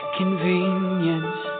convenience